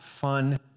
fun